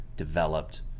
Developed